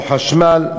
לא חשמל,